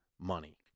money